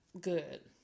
good